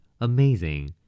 Amazing